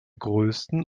größten